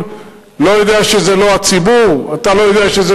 אני חייב,